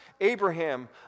Abraham